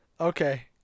Okay